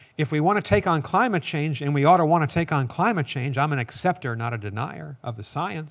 if we want to take on climate change, and we ought to want to take on climate change i'm an acceptor, not a denier of the science